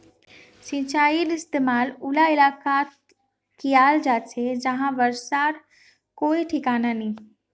सिंचाईर इस्तेमाल उला इलाकात कियाल जा छे जहां बर्षार कोई ठिकाना नी